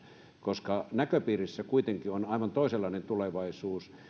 koska näköpiirissä kuitenkin on aivan toisenlainen tulevaisuus